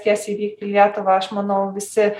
tiesiai vykt į lietuvą aš manau visi